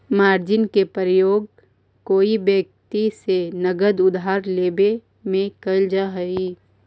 margin के प्रयोग कोई व्यक्ति से नगद उधार लेवे में कैल जा हई